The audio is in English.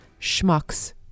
schmucks